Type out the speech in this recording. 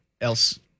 else